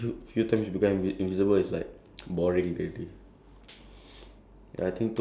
no no as in like as in like I I also won't like I don't want to become invisible lah cause